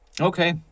Okay